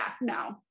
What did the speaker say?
no